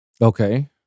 Okay